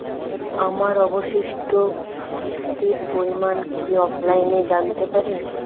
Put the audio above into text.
আমার অবশিষ্ট কিস্তির পরিমাণ কি অফলাইনে জানতে পারি?